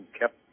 kept